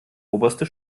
oberste